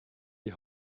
die